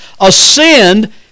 ascend